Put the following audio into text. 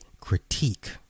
critique